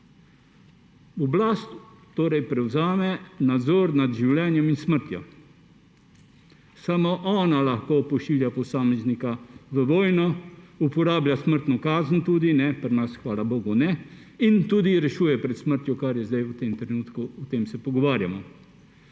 Oblast torej prevzame nadzor nad življenjem in smrtjo. Samo ona lahko pošilja posameznika v vojno, uporablja smrtno kazen tudi, pri nas hvala bogu ne, in tudi rešuje pred smrtjo, kar je zdaj v tem trenutku. In o tem se pogovarjamo.